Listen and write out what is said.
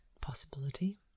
possibility